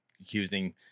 accusing